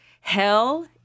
Hell